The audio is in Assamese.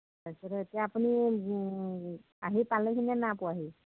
তাৰপাছতে এতিয়া আপুনি আহি পালেহিনে নাই পোৱাহি